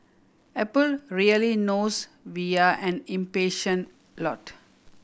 apple really knows we are an impatient lot